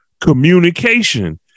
communication